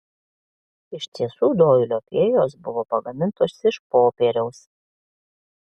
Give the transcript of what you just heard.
iš tiesų doilio fėjos buvo pagamintos iš popieriaus